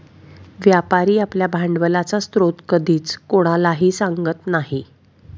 व्यापारी आपल्या भांडवलाचा स्रोत कधीच कोणालाही सांगत नाही